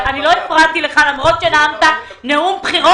אני לא הפרעתי לך, למרות שנאמת נאום בחירות.